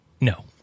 no